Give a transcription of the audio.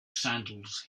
sandals